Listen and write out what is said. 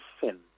sin